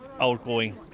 outgoing